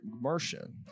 Martian